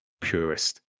purest